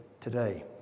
today